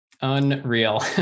Unreal